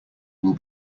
will